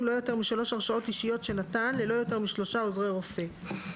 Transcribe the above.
לא יותר משלוש הרשאות אישיות שנתן ללא יותר משלושה עוזרי רופא,